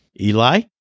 Eli